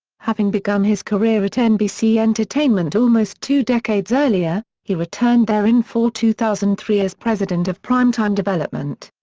having begun his career at nbc entertainment almost two decades earlier, he returned there in fall two thousand and three as president of primetime development.